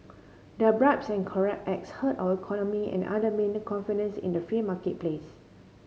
their bribes and corrupt acts hurt our economy and undermine confidence in the free marketplace